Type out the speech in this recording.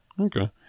Okay